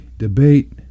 debate